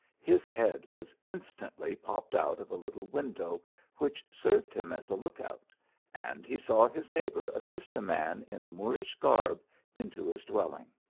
his head was instantly popped out of a little window which served him as a look out and he saw his neighbour assist a man in a moorish garb into his dwelling.